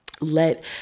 let